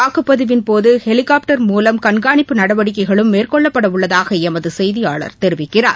வாக்குப்பதிவின் போது ஹெலிகாப்பட்டர் மூவம் கண்காணிப்பு நடவடிக்கைகளும் மேற்கொள்ளப்பட உள்ளதாக எமது செய்தியாளர் தெரிவிக்கிறார்